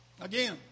Again